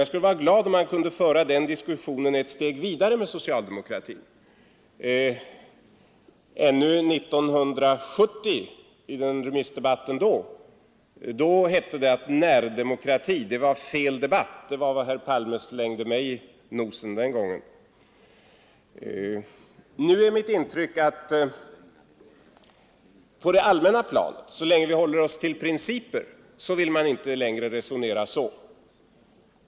Jag skulle vara glad om man kunde föra den diskussionen ett steg vidare med socialdemokratin. Ännu i 1970 års remissdebatt hette det att diskussionen om närdemokrati var fel debatt — det var vad herr Palme slängde mig i nosen den gången. Nu är mitt intryck att man på det allmänna planet, så länge vi håller oss till principer, inte längre vill resonera så.